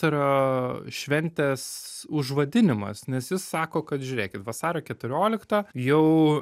tai yra šventės užvadinimas nes jis sako kad žiūrėkit vasario keturioliktą jau